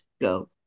go